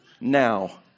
now